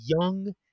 young